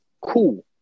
cool